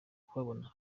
kubabona